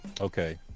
Okay